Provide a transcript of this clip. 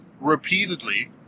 repeatedly